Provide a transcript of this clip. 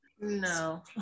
No